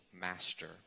master